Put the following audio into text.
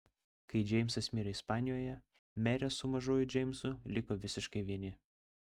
kai džeimsas mirė ispanijoje merė su mažuoju džeimsu liko visiškai vieni